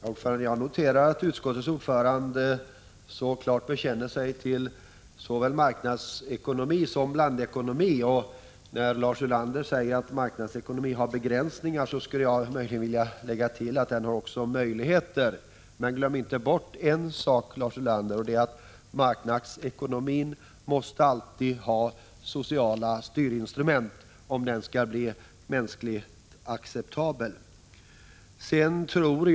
Herr talman! Jag noterar att utskottets ordförande klart bekänner sig till såväl marknadsekonomi som blandekonomi. När Lars Ulander säger att marknadsekonomin har begränsningar, skulle jag kanske vilja tillägga att den också har möjligheter. Men glöm inte, Lars Ulander, att marknadsekonomin alltid måste ha sociala styrinstrument om den skall bli accepterad av människorna.